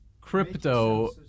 Crypto